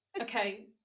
okay